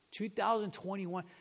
2021